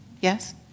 Yes